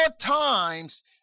times